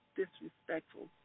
disrespectful